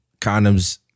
condoms